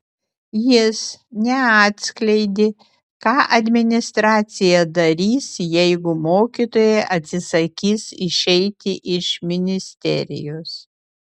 jis neatskleidė ką administracija darys jeigu mokytojai atsisakys išeiti iš ministerijos